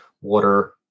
water